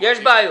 -- יש בעיות.